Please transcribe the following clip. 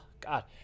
God